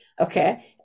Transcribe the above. okay